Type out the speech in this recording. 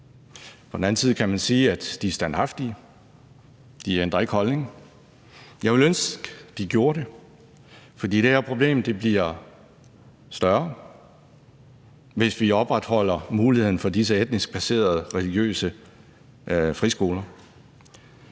På den anden side kan man sige, at de er standhaftige. De ændrer ikke holdning. Jeg ville ønske, at de gjorde det, for det her problem bliver større, hvis vi opretholder muligheden for disse etnisk baserede religiøse friskoler.